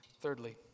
Thirdly